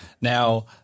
Now